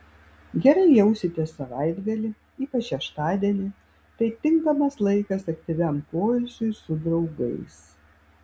gerai jausitės savaitgalį ypač šeštadienį tai tinkamas laikas aktyviam poilsiui su draugais